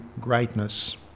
greatness